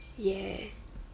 yeah